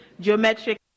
geometric